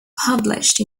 published